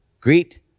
greet